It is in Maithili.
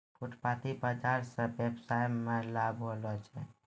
फुटपाटी बाजार स वेवसाय मे लाभ होलो छै